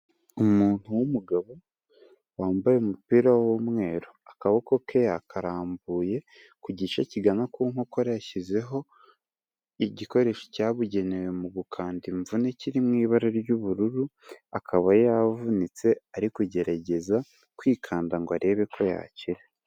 Umuntu w'umugabo wambaye umupira w'umweru. Akaboko ke yakararambuye, ku gice kigana ku nkokora yashyizeho igisho cyabugenewe mu gukanda imvune kiri mu ibara ry'ubururu, akaba yavunitse ari kugerageza kwikanda ngo arebe ko yakira.